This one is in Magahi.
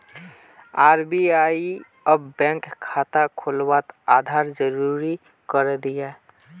आर.बी.आई अब बैंक खाता खुलवात आधार ज़रूरी करे दियाः